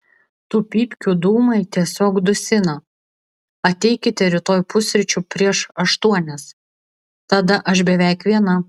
tų pypkių dūmai tiesiog dusina ateikite rytoj pusryčių prieš aštuonias tada aš beveik viena